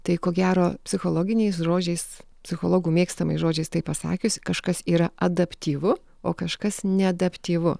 tai ko gero psichologiniais žodžiais psichologų mėgstamais žodžiais tai pasakiusi kažkas yra adaptyvu o kažkas neadaptyvu